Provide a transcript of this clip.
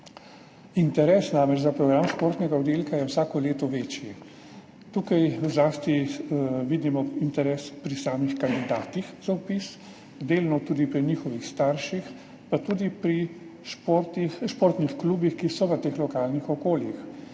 Interes za program športnega oddelka je vsako leto večji. Tukaj vidimo interes za vpis zlasti pri samih kandidatih, delno tudi pri njihovih starših, pa tudi pri športnih klubih, ki so v teh lokalnih okoljih.